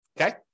Okay